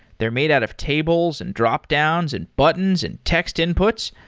they're made out of tables, and dropdowns, and buttons, and text inputs.